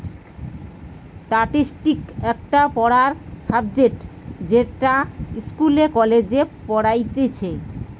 statistics একটা পড়ার subject যেটা ইস্কুলে, কলেজে পড়াইতিছে